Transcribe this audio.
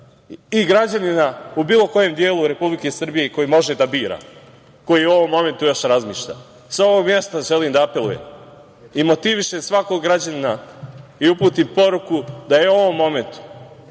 i građanina u bilo kojem delu Republike Srbije, koji može da bira, koji u ovom momentu još razmišlja? Sa ovog mesta želim da apelujem i motivišem svakog građanina i uputim poruku da je u ovom momentu